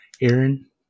Aaron